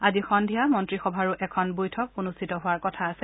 আজি সন্ধিয়া মন্ত্ৰীসভাৰো এখন বৈঠক অনুষ্ঠিত হোৱাৰ কথা আছে